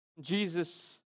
Jesus